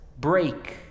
break